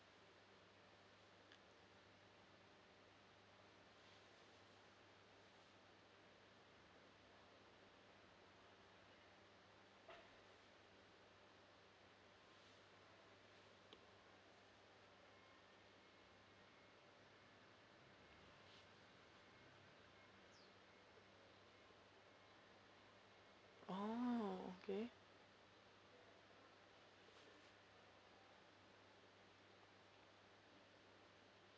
oh okay